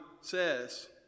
says